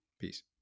Peace